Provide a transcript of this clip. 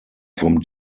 from